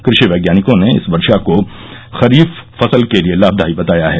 कृषि वैज्ञानिकों ने इस वर्षा को खरीफ फसल के लिए लाभदायी बताया है